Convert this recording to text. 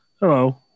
hello